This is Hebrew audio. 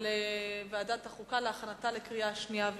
לוועדת החוקה להכנתה לקריאה שנייה ושלישית.